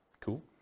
Cool